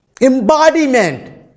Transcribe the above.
Embodiment